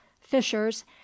fishers